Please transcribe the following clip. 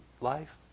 life